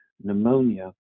pneumonia